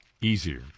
easier